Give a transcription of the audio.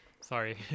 Sorry